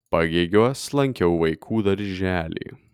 pagėgiuos lankiau vaikų darželį